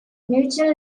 mutual